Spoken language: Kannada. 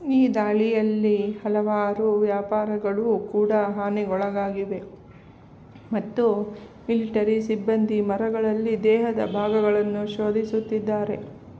ಈ ದಾಳಿಯಲ್ಲಿ ಹಲವಾರು ವ್ಯಾಪಾರಗಳೂ ಕೂಡ ಹಾನಿಗೊಳಗಾಗಿವೆ ಮತ್ತು ಮಿಲಿಟರಿ ಸಿಬ್ಬಂದಿ ಮರಗಳಲ್ಲಿ ದೇಹದ ಭಾಗಗಳನ್ನು ಶೋಧಿಸುತ್ತಿದ್ದಾರೆ